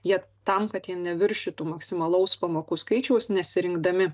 jie tam kad jie neviršytų maksimalaus pamokų skaičiaus nesirinkdami